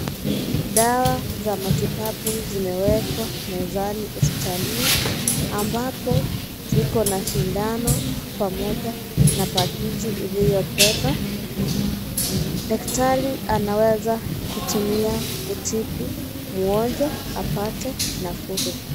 Dawa za matibabu zimewekwa mezani hospitalini ambapo ziko na shindano pamoja na pakiti iliyobeba, daktari anaweza kutumia kutibu mgonjwa apate nafuu.